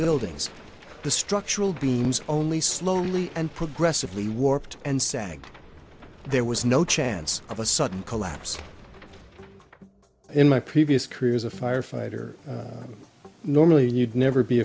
buildings the structural beams only slowly and progressively warped and sag there was no chance of a sudden collapse in my previous career as a firefighter normally you'd never be